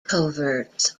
coverts